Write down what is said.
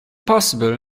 possible